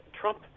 Trump